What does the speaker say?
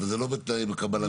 וזה לא בתנאי קבלתו.